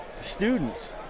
students